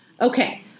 Okay